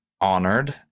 honored